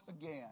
again